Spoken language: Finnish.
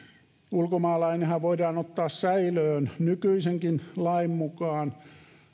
ulkomaalainenhan voidaan ottaa säilöön nykyisenkin lain mukaan